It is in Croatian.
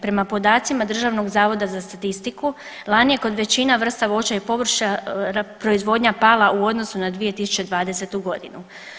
Prema podacima Državnog zavoda za statistiku lani je kod većina vrsta voća i povrća proizvodnja pala u odnosu na 2020. godinu.